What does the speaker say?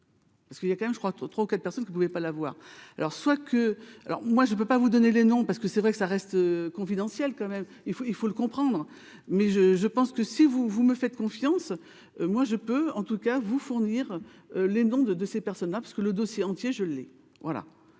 Parce qu'il y a quand même je crois trois 3 ou 4 personnes qui ne voulaient pas la voir alors soit que alors moi je peux pas vous donner les noms parce que c'est vrai que ça reste confidentiel, quand même, il faut, il faut le comprendre mais je, je pense que si vous vous me faites confiance, moi je peux en tout cas vous fournir les noms de ces personnes-là parce que le dossier entier je ai voilà